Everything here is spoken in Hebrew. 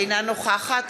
אינה נוכחת